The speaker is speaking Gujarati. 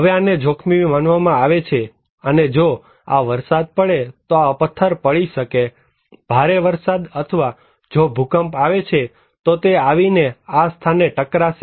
હવે આને જોખમી માનવામાં આવે છે અને જો આ વરસાદ પડે તો આ પથ્થર પડી શકે છેભારે વરસાદ અથવા જો ભૂકંપ આવે છે તો તે આવીને આ સ્થાને ટકરાશે